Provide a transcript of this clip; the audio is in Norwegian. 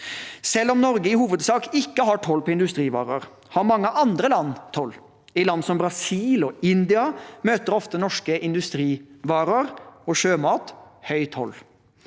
Selv om Norge i hovedsak ikke har toll på industrivarer, har mange andre land toll. I land som Brasil og India møter ofte norske industrivarer og sjømat høy toll.